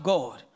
God